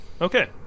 Okay